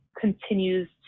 continues